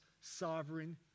sovereign